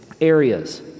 areas